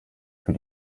für